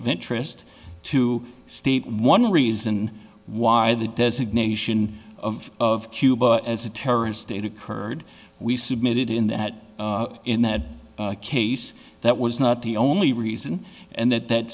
of interest to state one reason why the designation of cuba as a terrorist state occurred we submitted in that in that case that was not the only reason and that that